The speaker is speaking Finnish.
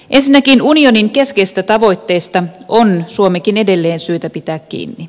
ensinnäkin unionin keskeisistä tavoitteista on suomenkin edelleen syytä kiinni